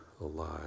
alive